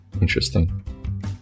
Interesting